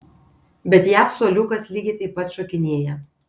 bet jav suoliukas lygiai taip pat šokinėja